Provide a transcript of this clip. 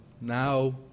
now